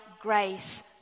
grace